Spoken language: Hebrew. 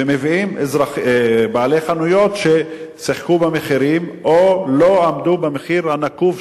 ומביאים בעלי חנויות ששיחקו במחירים או לא עמדו במחיר הנקוב,